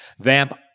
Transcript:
Vamp